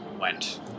went